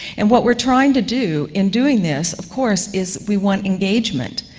and what we're trying to do, in doing this, of course is we want engagement,